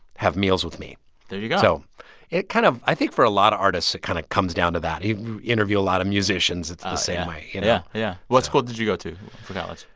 have meals with me there you go so it kind of i think for a lot of artists, it kind of comes down to that. you interview a lot of musicians, it's the same way, you know? yeah, yeah. what school did you go to for college?